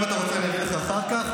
אם אתה רוצה, אני אראה לך אחר כך.